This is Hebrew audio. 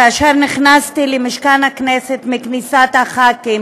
כאשר נכנסתי למשכן הכנסת מכניסת הח"כים